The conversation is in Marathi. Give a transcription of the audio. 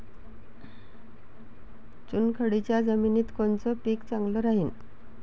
चुनखडीच्या जमिनीत कोनचं पीक चांगलं राहीन?